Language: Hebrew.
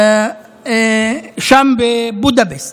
שם בבודפשט.